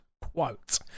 quote